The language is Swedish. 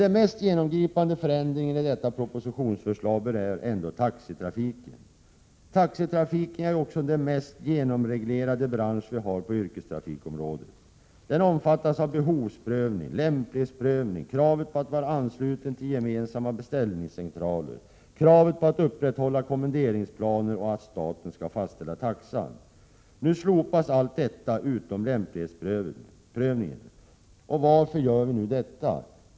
Den mest genomgripande förändringen i detta propositionsförslag berör emellertid taxitrafiken. Taxitrafiken är också den mest genomreglerade branschen på yrkestrafikområdet. Den omfattas av behovsprövning, lämplighetsprövning, krav på anslutning till gemensamma beställningscentraler, krav på upprätthållande av kommenderingsplaner. Staten skall fastställa taxan. Nu slopas allt detta, utom lämplighetsprövningen. Varför gör vi detta?